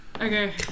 okay